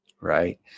Right